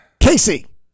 Casey